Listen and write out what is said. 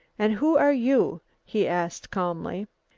and who are you? he asked calmly.